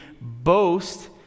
boast